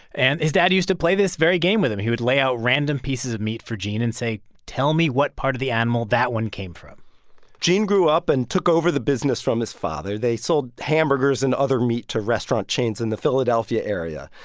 and his dad used to play this very game with him. he would lay out random pieces of meat for gene and say, tell me what part of the animal that one came from gene grew up and took over the business from his father. they sold hamburgers and other meat to restaurant chains in the philadelphia area.